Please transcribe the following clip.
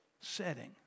setting